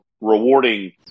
rewarding